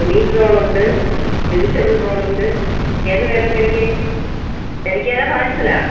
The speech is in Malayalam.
മീറ്റ് റോൾ ഉണ്ട് വെജിറ്റെബിൾ റോൾ ഏതുവേണം കഴിക്കാൻ കഴിക്കാനാണോ പാർസലാണോ